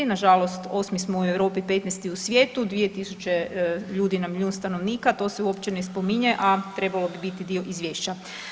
Nažalost, 8. u Europi, 15. u svijetu, 2.000 ljudi na milijun stanovnika to se uopće ne spominje, a trebalo bi biti dio izvješća.